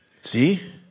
See